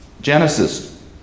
Genesis